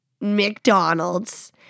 McDonald's